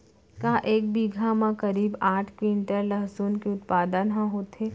का एक बीघा म करीब आठ क्विंटल लहसुन के उत्पादन ह होथे?